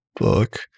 book